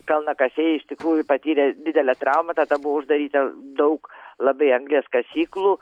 kalnakasiai iš tikrųjų patyrė didelę traumą tada buvo uždaryta daug labai anglies kasyklų